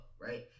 Right